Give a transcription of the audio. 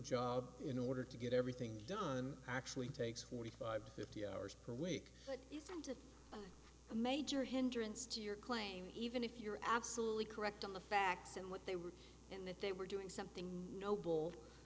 job in order to get everything done actually takes forty five to fifty hours per week a major hindrance to your claim even if you're absolutely correct on the facts and what they were and that they were doing something noble